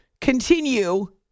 continue